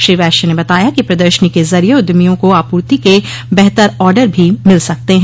श्री वैश्य ने बताया कि प्रदर्शनी के जरिये उद्यमियों को आपूर्ति के बेहतर आडर भी मिल सकते हैं